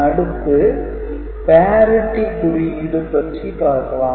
அடுத்து 'Parity' குறியீடு பற்றி பார்க்கலாம்